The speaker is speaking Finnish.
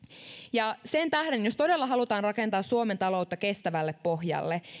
sen tähden jos todella halutaan rakentaa suomen taloutta kestävälle pohjalle